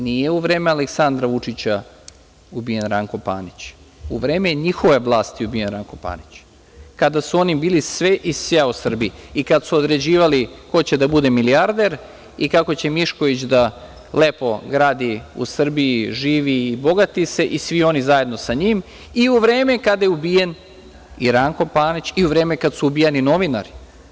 Nije u vreme Aleksandra Vučića ubijen Ranko Panić, u vreme njihove vlasti je ubijen Ranko Panić, kada su oni bili sve i svja u Srbiji i kad su određivali ko će da bude milijarder i kako će Mišković da lepo gradi u Srbiji, živi i bogati se i svi oni zajedno sa njim i u vreme kada je ubijen i Ranko Panić i u vreme kada su ubijani novinari.